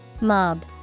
Mob